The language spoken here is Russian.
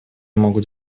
могут